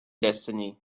destiny